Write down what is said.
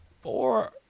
four